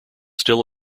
still